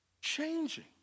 changing